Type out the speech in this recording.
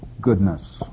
goodness